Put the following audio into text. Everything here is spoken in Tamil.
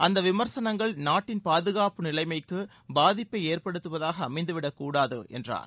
அந்த விமர்சனங்கள் நாட்டின் பாதுகாப்பு நிலைமைக்கு பாதிப்பை ஏற்படுத்துவதாக அமைந்துவிடக் கூடாது என்றார்